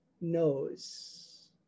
knows